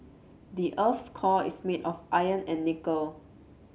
the earth's core is made of iron and nickel